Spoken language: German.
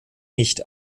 nicht